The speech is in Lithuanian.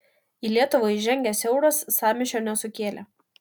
į lietuvą įžengęs euras sąmyšio nesukėlė